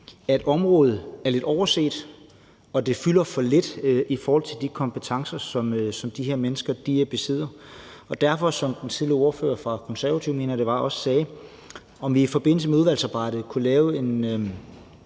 at området er lidt overset, og at det fylder for lidt i forhold til de kompetencer, som de her mennesker besidder. Som ordføreren for De Konservative, mener jeg det var, også sagde, kunne vi i forbindelse med udvalgsarbejdet lave et